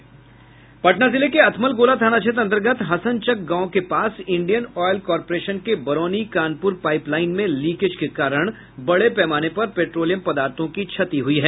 पटना जिले के अथमलगोला थाना क्षेत्र अंतर्गत हसन चक गांव के पास इंडियन ऑयल कॉरपोरेशन के बरौनी कानपुर पाइप लाइन में लीकेज के कारण बड़े पैमाने पर पेट्रोलियम पदार्थों की क्षति हुई है